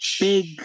big